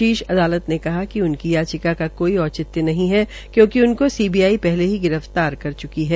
शीर्ष अदालत ने कहा कि उनकी याचिका का कोई औचित्य नहीं है कयोंकि उनको सीबीआई पहले ही गिरफ्तार कर च्की है